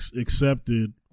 accepted